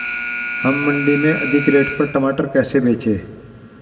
हम मंडी में अधिक रेट पर टमाटर कैसे बेचें?